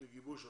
בגיבוש התוכנית.